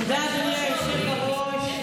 תודה, אדוני היושב בראש.